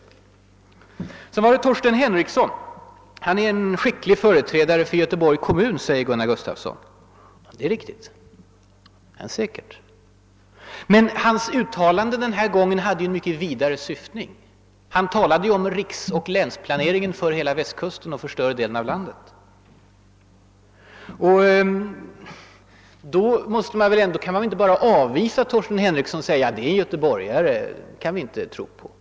Sedan var det Torsten Henrikson. Han är en skicklig företrädare för Göteborgs kommun, säger Gunnar Gustafsson. Det är väl riktigt. Men hans uttalanden den här gången hade ju en mycket vidare syftning. Han talade om riksoch länsplaneringen för hela Västkusten. Man kan väl då inte bara avvisa Torsten Henrikson genom att säga att han är göteborgare och att vi därför inte kan tro på honom.